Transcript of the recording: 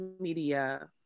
media